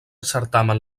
certamen